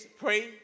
pray